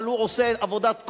אבל הוא עושה עבודת קודש,